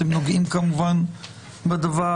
אתם נוגעים כמובן בדבר,